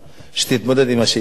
שתתמודד עם השאלה הזאת.